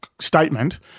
Statement